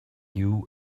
you